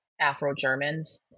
Afro-Germans